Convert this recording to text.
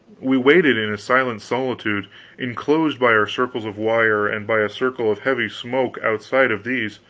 we waited in a silent solitude enclosed by our circles of wire, and by a circle of heavy smoke outside of these.